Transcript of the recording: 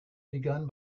begun